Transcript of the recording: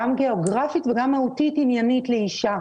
גם גיאוגרפית וגם מהותית-עניינית לאישה